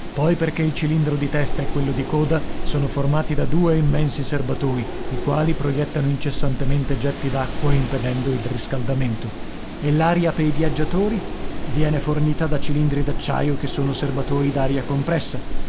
poi perché il cilindro di testa e quello di coda sono formati da due immensi serbatoi i quali proiettano incessantemente getti d'acqua impedendo il riscaldamento e l'aria pei viaggiatori viene fornita da cilindri d'acciaio che sono serbatoi d'aria compressa